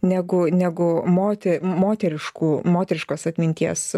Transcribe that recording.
negu negu mote moteriškų moteriškos atminties